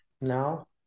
now